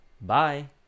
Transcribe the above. Bye